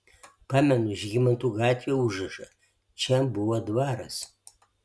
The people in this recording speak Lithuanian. pamenu žygimantų gatvėje užrašą čia buvo dvaras